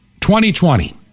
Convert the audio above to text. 2020